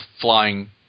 flying